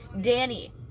Danny